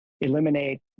eliminate